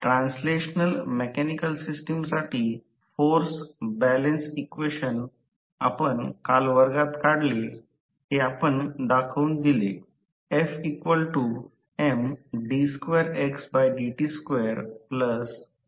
translational mechanical सिस्टमसाठी force balance equation आपण काल वर्गात काढले हे आपण दाखवून दिले